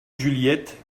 juliette